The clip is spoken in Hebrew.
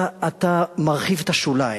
אתה מרחיב את השוליים,